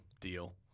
deal